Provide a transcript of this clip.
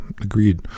agreed